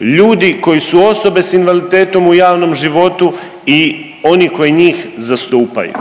ljudi koji su osobe s invaliditetom u javnom životu i oni koji njih zastupaju.